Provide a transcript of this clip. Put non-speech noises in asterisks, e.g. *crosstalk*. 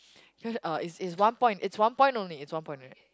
*breath* uh is is one point it's one point only it's one point only